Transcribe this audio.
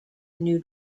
new